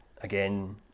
Again